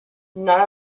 none